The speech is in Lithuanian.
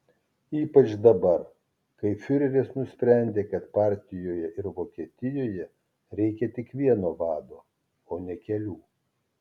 ypač dabar kai fiureris nusprendė kad partijoje ir vokietijoje reikia tik vieno vado o ne kelių